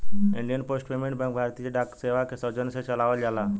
Indian post payment bank भारतीय डाक सेवा के सौजन्य से चलावल जाला